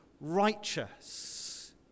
righteous